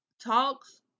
talks